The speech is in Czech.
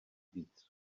víc